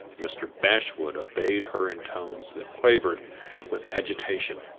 mr. bashwood obeyed her in tones that quavered with agitation,